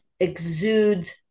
exudes